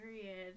period